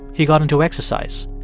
he got into exercise.